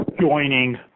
joining